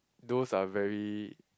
those are very